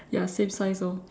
ya same size orh